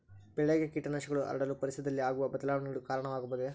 ಬೆಳೆಗೆ ಕೇಟನಾಶಕಗಳು ಹರಡಲು ಪರಿಸರದಲ್ಲಿ ಆಗುವ ಬದಲಾವಣೆಗಳು ಕಾರಣ ಆಗಬಹುದೇ?